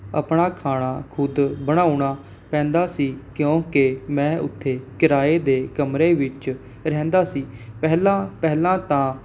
ਆਪਣਾ ਖਾਣਾ ਖੁਦ ਬਣਾਉਣਾ ਪੈਂਦਾ ਸੀ ਕਿਉਂਕਿ ਮੈਂ ਉੱਥੇ ਕਿਰਾਏ ਦੇ ਕਮਰੇ ਵਿੱਚ ਰਹਿੰਦਾ ਸੀ ਪਹਿਲਾਂ ਪਹਿਲਾਂ ਤਾਂ